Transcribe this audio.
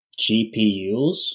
GPUs